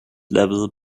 level